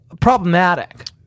problematic